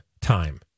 time